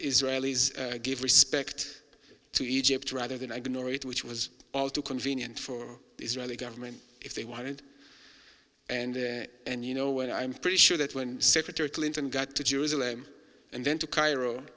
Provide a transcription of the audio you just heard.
israelis give respect to egypt rather than i can or it which was all too convenient for the israeli government if they want it and and you know where i'm pretty sure that when secretary clinton got to jerusalem and then to cairo